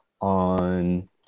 on